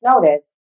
notice